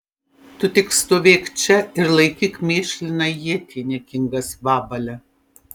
tu tik stovėk čia ir laikyk mėšliną ietį niekingas vabale